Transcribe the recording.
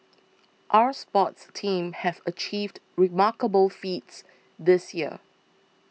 our sports teams have achieved remarkable feats this year